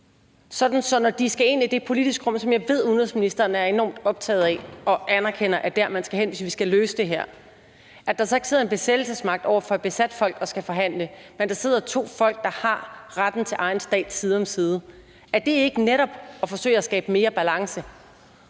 når de skal ind i det politiske rum, som jeg ved udenrigsministeren er enormt optaget af og anerkender er dér, man skal hen, hvis man skal løse det her, så ikke sidder en besættelsesmagt over for et besat folk og skal forhandle, men at der sidder to folk, der har retten til egen stat side om side. Er det ikke netop at forsøge at skabe mere balance?